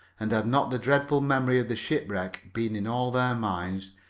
and had not the dreadful memory of the shipwreck been in all their minds,